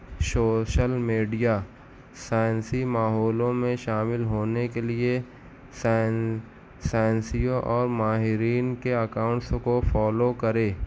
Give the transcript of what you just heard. social media سائنسی ماحولوں میں شامل ہونے کے لیے سائن سائنسی اور ماہرین کے اکاؤنٹس کو فالو کرے